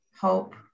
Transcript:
hope